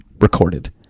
recorded